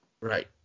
Right